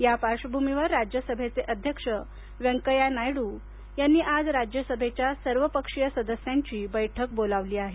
या पार्श्वभूमीवर राज्य सभेचे अध्यक्ष व्यंकय्या नायडू यांनी आज राज्यसभेच्या सर्वपक्षीय सदस्यांची आज बैठक बोलावली आहे